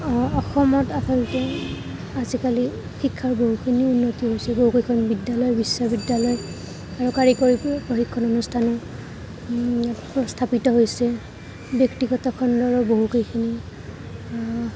অসমত আচলতে আজিকালি শিক্ষাৰ বহুখিনি উন্নতি হৈছে বহুকেইখন বিদ্য়ালয় বিশ্ববিদ্য়ালয় আৰু কাৰিকৰী প্ৰশিক্ষণ অনুষ্ঠানো স্থাপিত হৈছে ব্য়ক্তিগত খণ্ডৰো বহুখিনি